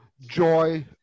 joy